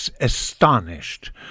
astonished